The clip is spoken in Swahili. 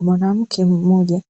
mwanamke mmoja